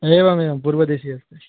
एवमेवं पूर्वदिशि अस्ति